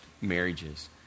Marriages